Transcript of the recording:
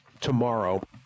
tomorrow